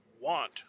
want